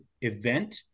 event